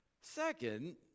Second